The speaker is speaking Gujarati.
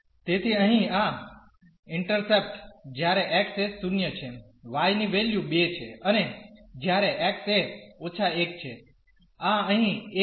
તેથી અહીં આ ઇન્ટરસેપ્ટ જ્યારે x એ 0 છે y ની વેલ્યુ 2 છે અને જ્યારે x એ −1 છે આ અહીં 1 છે